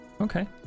Okay